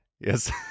Yes